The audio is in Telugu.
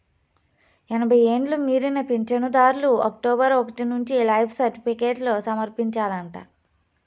ఎనభై ఎండ్లు మీరిన పించనుదార్లు అక్టోబరు ఒకటి నుంచి లైఫ్ సర్టిఫికేట్లు సమర్పించాలంట